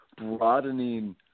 broadening